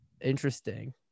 interesting